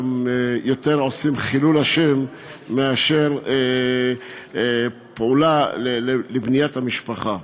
עושים יותר חילול השם מאשר פעולה לבניית המשפחה.